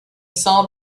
saw